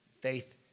faith